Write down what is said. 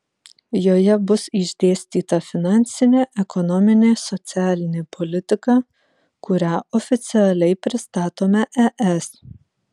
joje bus išdėstyta finansinė ekonominė socialinė politika kurią oficialiai pristatome es